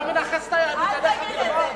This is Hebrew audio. אתה מנכס את היהדות אליך.